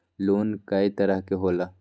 Loan कय तरह के होला?